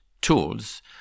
tools